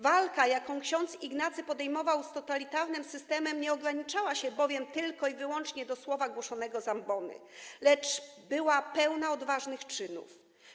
Walka, jaką ks. Ignacy podejmował z totalitarnym systemem, nie ograniczała się bowiem tylko i wyłącznie do słowa głoszonego z ambony, lecz była pełna odważnych czynów.